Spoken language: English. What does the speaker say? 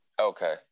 Okay